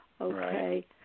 Okay